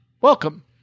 Welcome